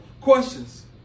questions